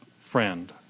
friend